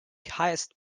highest